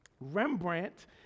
Rembrandt